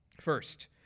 First